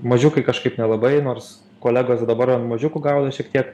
mažiukai kažkaip nelabai nors kolegos dabar ant mažiukų gaudo šiek tiek